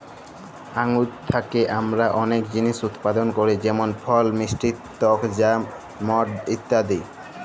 আঙ্গুর থ্যাকে আমরা অলেক জিলিস উৎপাদল ক্যরি যেমল ফল, মিষ্টি টক জ্যাম, মদ ইত্যাদি